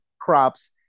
crops